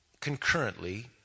concurrently